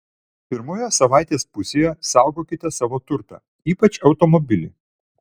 pirmoje savaitės pusėje saugokite savo turtą ypač automobilį